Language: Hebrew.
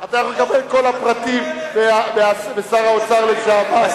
אתה יכול לקבל את כל הפרטים משר האוצר לשעבר.